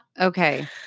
Okay